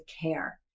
care